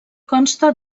consta